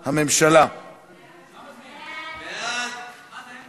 2015 הממשלה הודיעה על רצונה להחיל דין